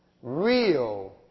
real